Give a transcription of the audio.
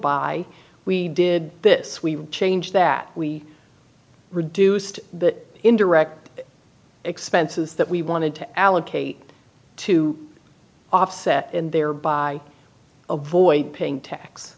by we did this we changed that we reduced that indirect expenses that we wanted to allocate to offset and thereby avoid paying tax